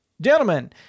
Gentlemen